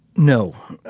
no.